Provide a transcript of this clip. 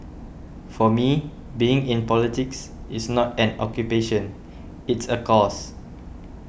for me being in politics is not an occupation it's a cause